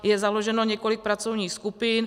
Je založeno několik pracovních skupin.